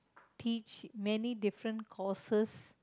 teach many different courses